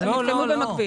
הם יתקיימו במקביל.